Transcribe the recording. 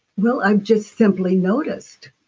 well, i just simply noticed,